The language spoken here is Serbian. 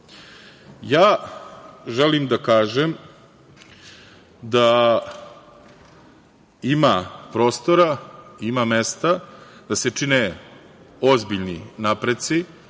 želim da kažem da ima prostora, ima mesta da se čine ozbiljni napreci,